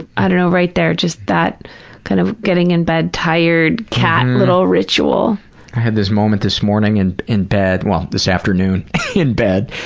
i don't know, right there, just that kind of getting in bed, tired, cat little ritual. i had this moment this morning and in bed, well, this afternoon in bed,